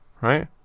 Right